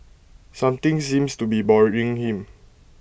something seems to be bothering him